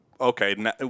okay